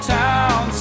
town